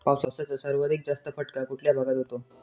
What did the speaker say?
पावसाचा सर्वाधिक जास्त फटका कुठल्या भागात होतो?